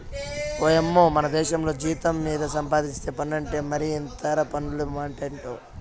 ఓయమ్మో మనదేశంల జీతం మీద సంపాధిస్తేనే పన్నంట మరి ఇతర పన్నుల మాటెంటో